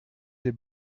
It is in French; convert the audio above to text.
des